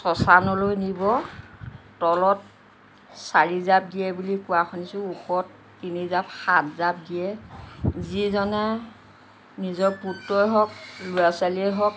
শশানলৈ নিব তলত চাৰিজাপ দিয়ে বুলি কোৱা শুনিছোঁ ওপৰত তিনিজাপ সাতজাপ দিয়ে যিজনে নিজৰ পুত্ৰই হওক ল'ৰা ছোৱালীয়ে হওক